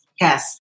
Yes